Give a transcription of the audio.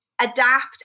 adapt